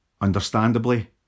Understandably